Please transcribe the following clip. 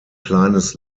kleines